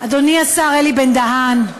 אדוני השר אלי בן-דהן,